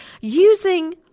using